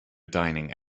dining